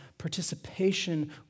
participation